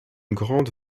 grande